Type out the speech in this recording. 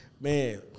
man